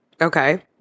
Okay